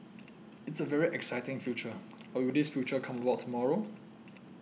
it's a very exciting future but will this future come about tomorrow